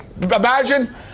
imagine